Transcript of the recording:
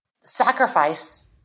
sacrifice